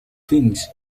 things